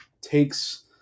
takes